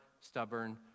stubborn